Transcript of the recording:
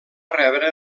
rebre